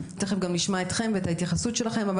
תיכף גם נשמע אתכם ואת ההתייחסות שלכם.